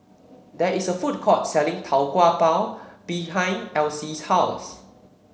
there is a food court selling Tau Kwa Pau behind Alcee's house